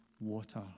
water